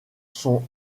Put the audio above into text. sont